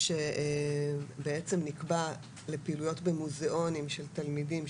שנקבע לפעילויות במוזיאונים של תלמידים,